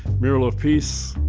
mural of peace.